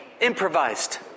improvised